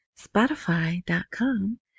spotify.com